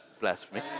blasphemy